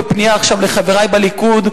בפנייה לחברי בליכוד,